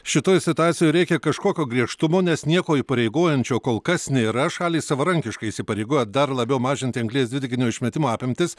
šitoj situacijoj reikia kažkokio griežtumo nes nieko įpareigojančio kol kas nėra šalys savarankiškai įsipareigojo dar labiau mažinti anglies dvideginio išmetimo apimtis